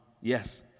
yes